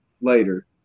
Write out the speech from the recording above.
later